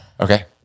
okay